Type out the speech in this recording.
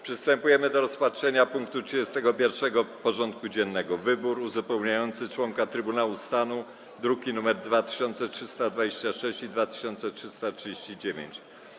Przystępujemy do rozpatrzenia punktu 31. porządku dziennego: Wybór uzupełniający członka Trybunału Stanu (druki nr 2326 i 2339)